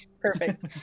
perfect